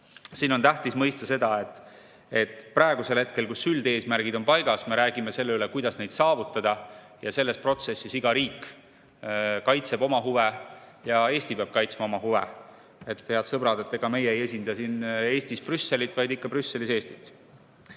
Siin on tähtis mõista seda, et praegusel hetkel, kus üldeesmärgid on paigas, me räägime sellest, kuidas neid saavutada, ning selles protsessis iga riik kaitseb oma huve ja Eesti peab kaitsma oma huve. Head sõbrad, ega meie ei esinda siin Eestis Brüsselit, vaid ikka Brüsselis Eestit.